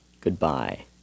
Goodbye